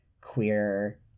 queer